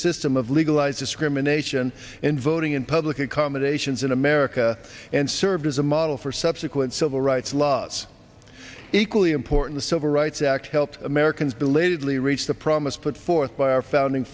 system of legalized discrimination in voting in public accommodations in america and served as a model for subsequent civil rights laws equally important civil rights act help americans belated we reach the promise put forth by our founding